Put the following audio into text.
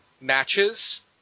matches